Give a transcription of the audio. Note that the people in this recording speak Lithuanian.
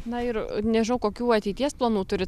na ir nežinau kokių ateities planų turit